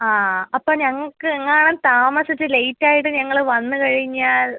ആ അപ്പം ഞങ്ങൾക്ക് എങ്ങാനും താമസിച്ച് ലേറ്റ് ആയിട്ട് ഞങ്ങൾ വന്ന് കഴിഞ്ഞാൽ